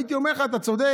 הייתי אומר לך שאתה צודק.